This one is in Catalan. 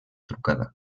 trucada